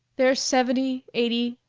there's seventy, eighty,